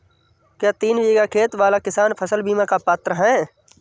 क्या तीन बीघा खेत वाला किसान फसल बीमा का पात्र हैं?